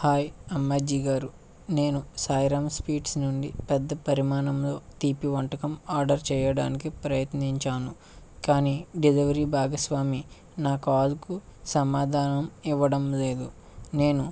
hi Ammaji గారు నేను Sairam sweets నుండి పెద్ద పరిమాణంలో తీపి వంటకం ఆర్డర్ చేయడానికి ప్రయత్నించాను కానీ డెలివరీ భాగస్వామి నా కాల్కు సమాధానం ఇవ్వడం లేదు నేను